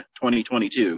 2022